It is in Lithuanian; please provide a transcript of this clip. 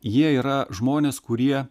jie yra žmonės kurie